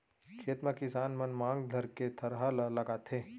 खेत म किसान मन मांग धरके थरहा ल लगाथें